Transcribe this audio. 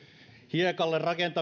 hiekalle rakentamista